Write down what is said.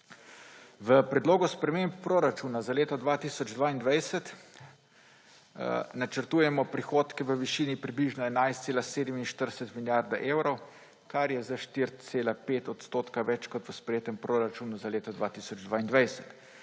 V predlogu sprememb proračuna za leto 2022 načrtujemo prihodke v višini približno 11,47 milijarde evrov, kar je za 4,5 % več kot v sprejetem proračunu za leto 2022.